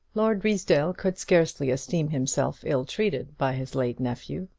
lord ruysdale could scarcely esteem himself ill-treated by his late nephew.